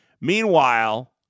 Meanwhile